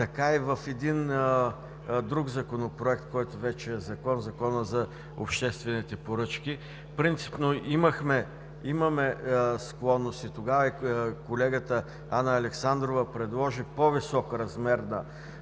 така и в един друг законопроект, който вече е закон – Законът за обществените поръчки. Принципно имаме склонност и тогава колегата Анна Александрова предложи по-висок размер на